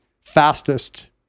fastest